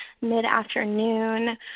mid-afternoon